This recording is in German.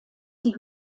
sie